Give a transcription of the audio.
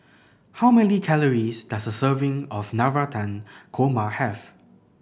how many calories does a serving of Navratan Korma have